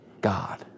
God